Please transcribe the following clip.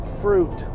fruit